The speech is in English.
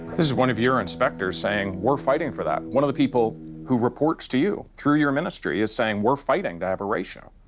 this is one of your inspectors saying we're fighting for that. one of the people who reports to you through your ministry is saying we're fighting to have a ratio.